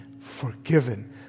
forgiven